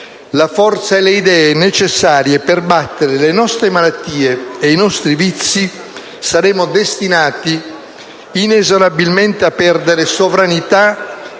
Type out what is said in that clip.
la forza e le idee necessarie per battere le nostre malattie e i nostri vizi, saremo destinati inesorabilmente a perdere sovranità e a